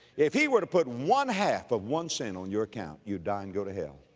if he were to put one half of one sin on your account, you'd die and go to hell